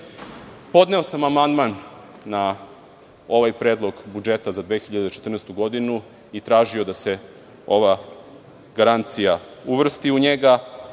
sam amandman na ovaj predlog budžeta za 2014. godinu i tražio da se ova garancija uvrsti u njega. Vladu